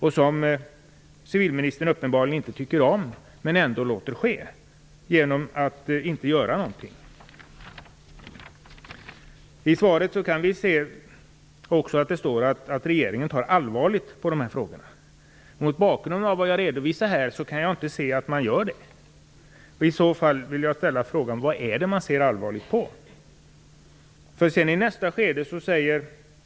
Civilministern tycker uppenbarligen inte om detta, men låter det ändå ske genom att inte göra någonting. I svaret kan vi läsa att regeringen tar allvarligt på dessa frågor. Jag kan dock inte se att man gör det. Jag vill därför fråga: Vad är det man ser allvarligt på?